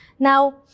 Now